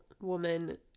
woman